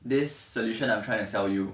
this solution I'm trying to sell you